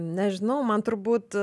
nežinau man turbūt